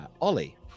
Ollie